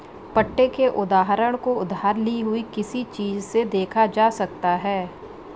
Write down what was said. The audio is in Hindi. पट्टे के उदाहरण को उधार ली हुई किसी चीज़ से देखा जा सकता है